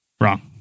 Wrong